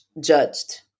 judged